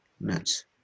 Nuts